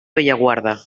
bellaguarda